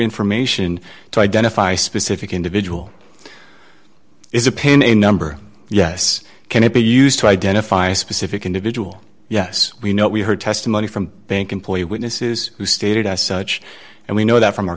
information to identify specific individual is a pain a number yes can it be used to identify a specific individual yes we know we heard testimony from bank employee witnesses who stated as such and we know that from our